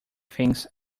things